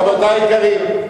רבותי היקרים,